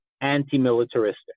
anti-militaristic